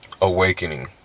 awakening